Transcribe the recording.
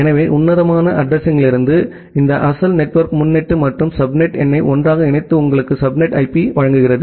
எனவே உன்னதமான அட்ரஸிங்யிலிருந்து இந்த அசல் நெட்வொர்க் முன்னொட்டு மற்றும் சப்நெட் எண்ணை ஒன்றாக இணைத்து உங்களுக்கு சப்நெட் ஐபி வழங்குகிறது